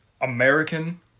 American